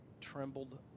trembled